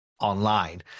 online –